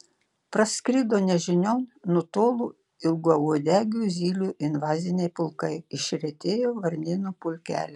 praskrido nežinion nutolo ilgauodegių zylių invaziniai pulkai išretėjo varnėnų pulkeliai